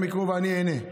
טרם יקראו ואני אענה.